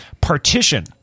partition